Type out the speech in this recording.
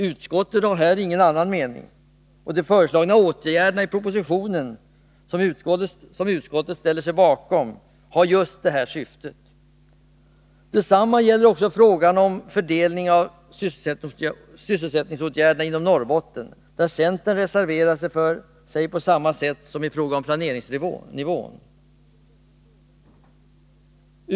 Utskottet har här ingen annan mening, och de föreslagna åtgärderna i propositionen, som utskottet ställer sig bakom, har just detta syfte. Detsamma gäller frågan om fördelning av sysselsättningsåtgärderna inom Norrbotten, där centern reserverar sig på samma sätt som i fråga om planeringsnivån.